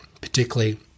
particularly